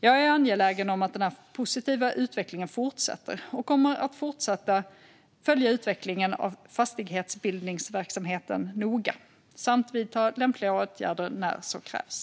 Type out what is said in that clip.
Jag är angelägen om att den positiva utvecklingen fortsätter och kommer att fortsätta följa utvecklingen av fastighetsbildningsverksamheten noga samt vidta lämpliga åtgärder när så krävs.